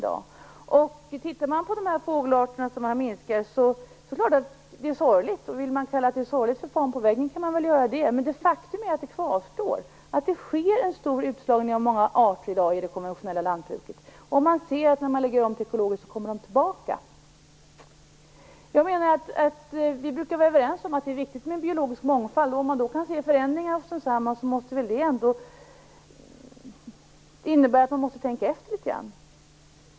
Det är klart att det är sorgligt att vissa fågelarter minskar. Det kan man väl kalla för att måla fan på väggen om man vill, men faktum kvarstår. Det sker en stor utslagning av många arter i dag i det konventionella lantbruket. När man lägger om till ekologiskt lantbruk kommer de tillbaka. Vi brukar vara överens om att det är viktigt med en biologisk mångfald. Om man då kan se förändringar hos densamma måste det väl ändå innebära att man måste tänka efter litet grand.